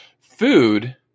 food